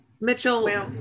Mitchell